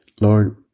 Lord